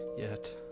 yet